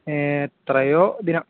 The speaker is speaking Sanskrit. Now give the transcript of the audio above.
एवं त्रयः दिनानि